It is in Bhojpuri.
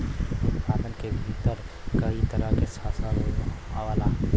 उत्पादन के भीतर कई तरह के फसल आवला